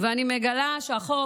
ואני מגלה שהחוק